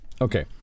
Okay